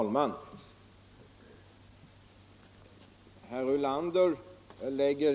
Herr talman!